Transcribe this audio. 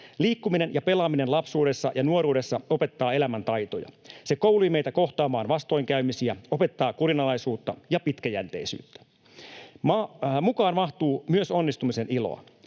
Liikkuminen ja pelaaminen lapsuudessa ja nuoruudessa opettaa elämäntaitoja. Se koulii meitä kohtaamaan vastoinkäymisiä ja opettaa kurinalaisuutta ja pitkäjänteisyyttä. Mukaan mahtuu myös onnistumisen iloa.